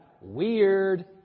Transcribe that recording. weird